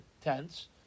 tents